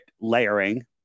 layering